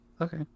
Okay